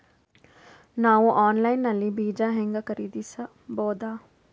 ನಾವು ಆನ್ಲೈನ್ ನಲ್ಲಿ ಬೀಜ ಹೆಂಗ ಖರೀದಿಸಬೋದ?